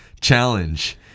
challenge